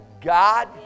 God